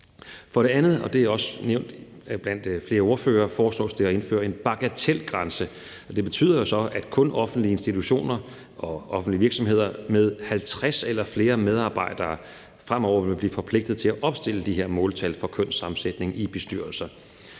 om. Som det også er nævnt blandt flere ordførere, foreslås det at indføre en bagatelgrænse. Det betyder så, at kun offentlige institutioner og offentlige virksomheder med 50 eller flere medarbejdere fremover vil blive forpligtet til at opstille de her måltal for kønssammensætning i bestyrelser.